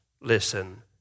listen